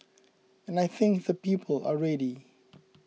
and I think the people are ready